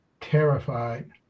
terrified